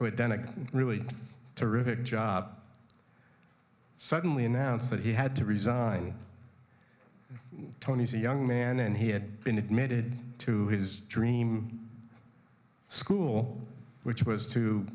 a really terrific job suddenly announced that he had to resign tony's a young man and he had been admitted to his dream school which was to